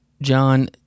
John